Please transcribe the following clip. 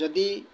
ଯଦି